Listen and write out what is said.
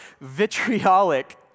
Vitriolic